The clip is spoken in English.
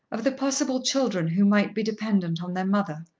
of the possible children who might be dependent on their mother,